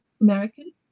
American